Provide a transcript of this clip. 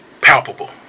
palpable